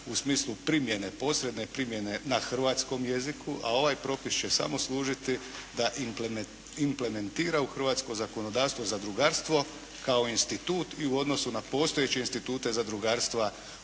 u smislu primjene, posredne primjene na hrvatskom jeziku, a ovaj propis će samo služiti da implementira u hrvatsko zakonodavstvo zadrugarstvo kao institut i u odnosu na postojeće institute zadrugarstva